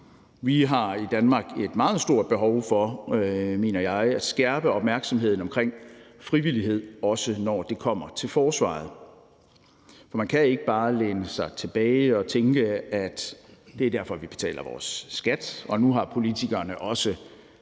Vi har i Danmark et meget stort behov for, mener jeg, at skærpe opmærksomheden omkring frivillighed, også når det kommer til forsvaret. For man kan ikke bare læne sig tilbage og tænke, at det er derfor, vi betaler vores skat, og nu har politikerne også